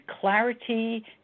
clarity